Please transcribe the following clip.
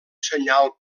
senyal